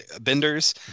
Benders